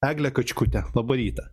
eglė kačkute labą rytą